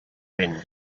vent